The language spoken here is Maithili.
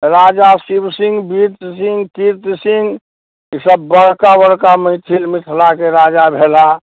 राजा शिव सिंह बीर सिंह कीर्त सिंह ई सभ बड़का बड़का मैथिल मिथिलाके राजा भेलाह